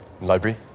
library